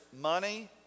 money